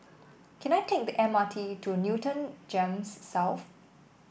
can I take the M R T to Newton Gems South